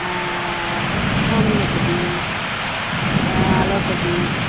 homeopathy allopathy